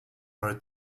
are